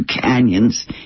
canyons